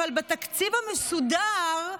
אבל בתקציב המסודר,